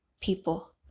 people